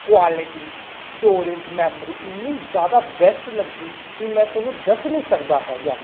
quality storage memory ਇੰਨੀ ਜ਼ਿਆਦਾ best ਲੱਗੀ ਵੀ ਮੈਂ ਤੁਹਾਨੂੰ ਦੱਸ ਨਹੀਂ ਸਕਦਾ ਹੈਗਾ